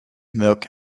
milk